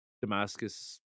Damascus